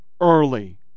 early